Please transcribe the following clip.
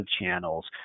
channels